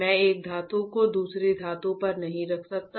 मैं एक धातु को दूसरी धातु पर नहीं रख सकता